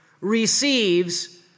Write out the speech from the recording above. receives